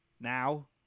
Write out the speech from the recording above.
now